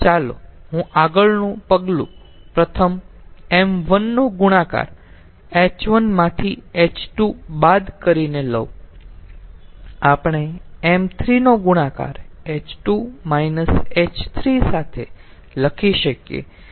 ચાલો હું આગળનું પગલું પ્રથમ ṁ1 નો ગુણાકાર h1 માંથી h2 બાદ કરીને લઉં આપણે ṁ3 નો ગુણાકાર h2 h3 સાથે લખી શકીએ